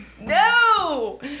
No